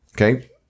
okay